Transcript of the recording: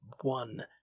one